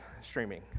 streaming